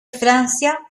francia